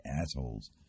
Assholes